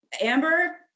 Amber